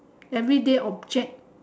everyday object